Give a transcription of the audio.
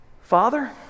Father